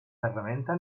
ferramenta